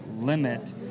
limit